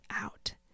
out